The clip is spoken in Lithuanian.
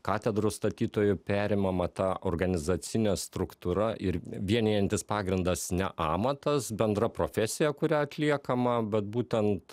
katedrų statytojų perimama ta organizacinė struktūra ir vienijantis pagrindas ne amatas bendra profesija kurią atliekama bet būtent